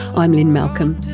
i'm lynne malcolm,